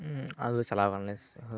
ᱟᱞᱮᱞᱮ ᱪᱟᱞᱟᱣ ᱟᱠᱟᱱᱟᱞᱮ